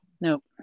Nope